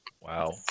Wow